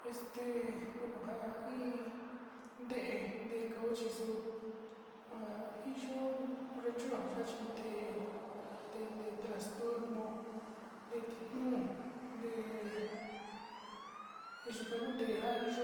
Ja in nte´e kayo chi iyo nte´e kujin nte´e kuan nte´e titnu yuka ku ntee iyo